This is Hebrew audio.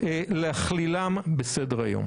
ראוי להכלילן בסדר היום.